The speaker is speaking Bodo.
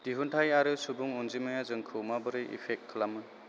दिहुनथाइ आरो सुबुं अनजिमाया जोंखौ माबोरै एफेक्ट खालामो